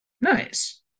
nice